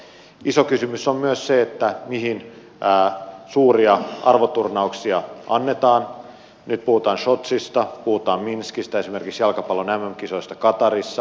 iso kysymys on myös se mihin suuria arvoturnauksia annetaan nyt puhutaan sotsista puhutaan minskistä esimerkiksi jalkapallon mm kisoista qatarissa